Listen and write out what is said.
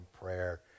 prayer